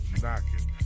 knocking